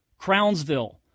Crownsville